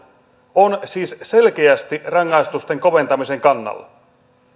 on siis selkeästi rangaistusten koventamisen kannalla